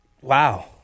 Wow